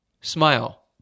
smile